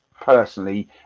personally